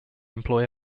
employ